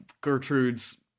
Gertrude's